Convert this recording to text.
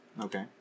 Okay